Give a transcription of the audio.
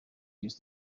use